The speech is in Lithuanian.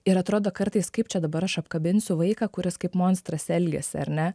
ir atrodo kartais kaip čia dabar aš apkabinsiu vaiką kuris kaip monstras elgiasi ar ne